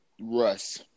Russ